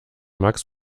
max